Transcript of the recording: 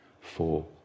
four